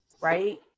right